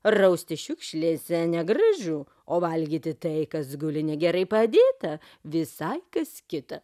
raustis šiukšlėse negražu o valgyti tai kas guli negerai padėta visai kas kita